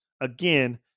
again